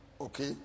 Okay